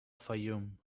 fayoum